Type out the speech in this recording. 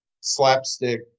slapstick